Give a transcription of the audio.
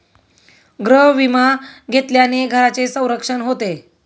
गृहविमा घेतल्याने घराचे संरक्षण होते